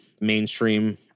mainstream